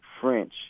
French